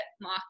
mock